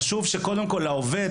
חשוב שקודם כל לעובד,